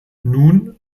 nun